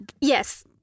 yes